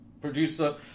producer